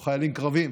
הם חיילים קרביים,